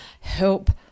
help